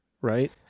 right